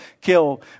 kill